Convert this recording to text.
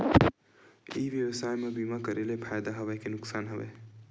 ई व्यवसाय म बीमा करे ले फ़ायदा हवय के नुकसान हवय?